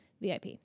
VIP